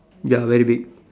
ya very big